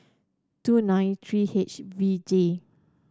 two nine three H V J